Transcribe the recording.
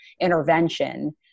intervention